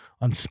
on